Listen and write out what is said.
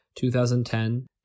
2010